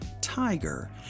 tiger